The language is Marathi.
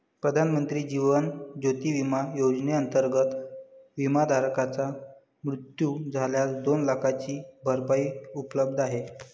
प्रधानमंत्री जीवन ज्योती विमा योजनेअंतर्गत, विमाधारकाचा मृत्यू झाल्यास दोन लाखांची भरपाई उपलब्ध आहे